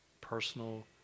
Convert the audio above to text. personal